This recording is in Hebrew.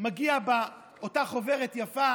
מגיע באותה חוברת יפה